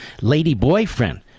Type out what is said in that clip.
lady-boyfriend